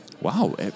Wow